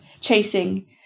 chasing